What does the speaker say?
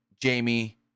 Jamie